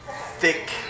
thick